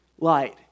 light